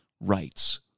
rights